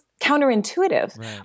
counterintuitive